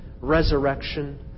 resurrection